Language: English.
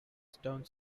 stone